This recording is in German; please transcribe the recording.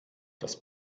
das